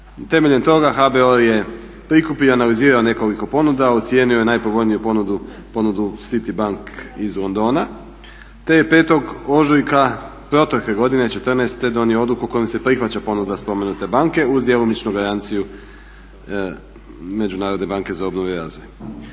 Temeljem toga HBOR je prikupio i analizirao nekoliko ponuda, ocijenio je najpovoljniju ponudu, ponudu Citibank iz Londona te je 5.ožujka protekle godine 2014.donio odluku kojom se prihvaća ponuda spomenute banke uz djelomičnu garanciju Međunarodne banke za obnovu i razvoj.